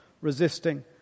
resisting